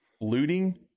looting